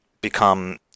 become